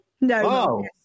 No